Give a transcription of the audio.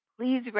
please